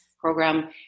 program